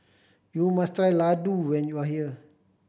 you must try Ladoo when you are here